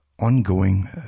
ongoing